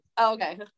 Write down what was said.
Okay